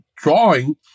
drawing